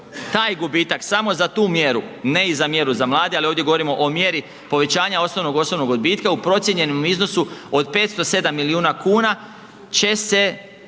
taj gubitak samo za tu mjeru, ne i za mjeru za mlade, ali ovdje govorimo o mjeri povećanja osnovnog osobnog odbitka u procijenjenom iznosu 507 milijuna kuna će se